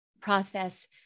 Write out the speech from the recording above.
process